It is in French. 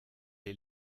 est